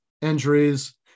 injuries